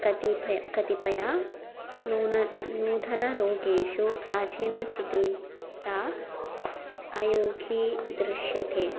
कतिपयेषु कतिपयेषु न्यूनं नूतनरोगेषु प्राचीनचिकित्सा अयोगी दृश्यते